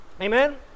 Amen